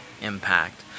impact